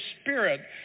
spirit